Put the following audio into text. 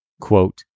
Quote